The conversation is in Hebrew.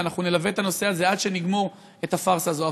ואנחנו נלווה את הנושא הזה עד שנגמור את הפארסה הזו.